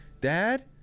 Dad